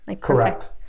Correct